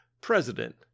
President